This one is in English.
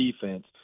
defense